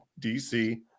DC